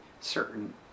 certain